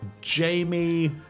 Jamie